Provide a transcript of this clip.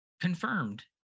confirmed